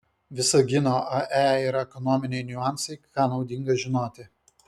visagino ae ir ekonominiai niuansai ką naudinga žinoti